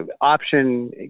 option